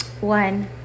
one